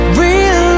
real